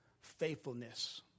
faithfulness